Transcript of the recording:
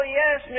yes